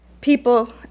People